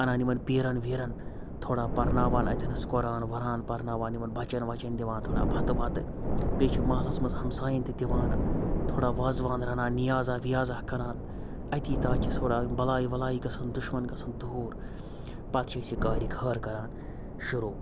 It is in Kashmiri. اَنان یِمَن پیٖرَن ویٖرَن تھوڑا پَرناوان اَتھٮ۪نَس قرآن وَرآن پَرناوان یِمَن بَچَن وَچَن دِوان تھوڑا بَتہٕ وَتہٕ بیٚیہِ چھِ مَحلَس منٛز ہَمساین تہِ دِوان تھوڑا وازوان رَنان نِیازا وِیازا کَران أتی تاکہِ تھوڑا بَلاے وَلایہِ گَژھن دُشمَن گَژھَن دوٗر پَتہٕ چھِ أسۍ یہِ کارِ خٲر کَران شروع